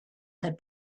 had